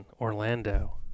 Orlando